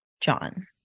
John